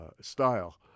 style